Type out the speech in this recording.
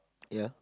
ya